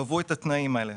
קבעו את התנאים האלה.